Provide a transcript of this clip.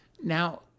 Now